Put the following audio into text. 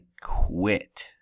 quit